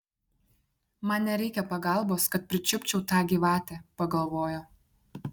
man nereikia pagalbos kad pričiupčiau tą gyvatę pagalvojo